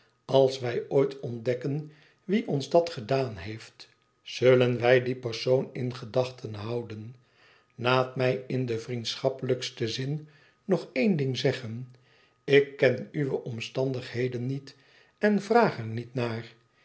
als wij ooit ontdekken wie ons dat gedaan heeft zullen wij dien persoon in gedachte houden laat mij in den vriendschappelijksten zin nog één ding zeggen ik ken uwe omstandigheden niet en vraag er niet naar